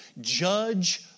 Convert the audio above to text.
judge